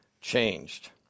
changed